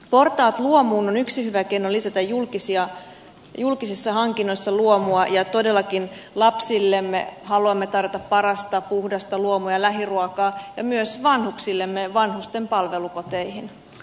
portaat luomuun on yksi hyvä keino lisätä julkisissa hankinnoissa luomua ja todellakin lapsillemme haluamme tarjota parasta puhdasta luomua ja lähiruokaa ja myös vanhuksillemme vanhusten palvelukoteihin